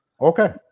okay